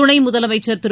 துணை முதலமைச்சர் திரு